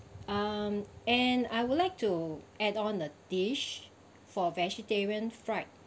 um and I would like to add on the dish for vegetarian fried